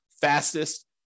fastest